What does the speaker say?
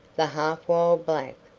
the half-wild black,